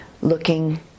looking